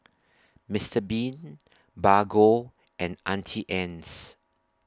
Mister Bean Bargo and Auntie Anne's